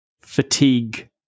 fatigue